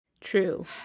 True